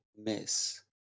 miss